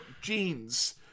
jeans